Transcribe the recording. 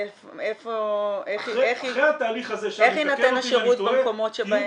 איך יינתן השירות במקומות שבהם ---?